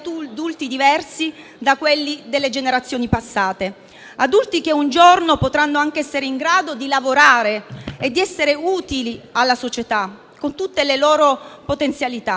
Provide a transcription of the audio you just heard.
adulti diversi da quelli delle generazioni passate; adulti che, un giorno, potranno anche essere in grado di lavorare e di essere utili alla società, con tutte le loro potenzialità.